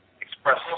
express